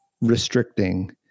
restricting